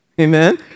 Amen